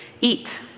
eat